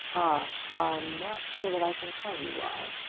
ah i'm not sure that i can tell you why.